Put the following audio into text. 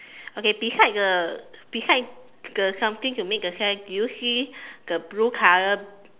okay beside the beside the something to make the sand do you see the blue color